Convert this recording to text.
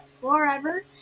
forever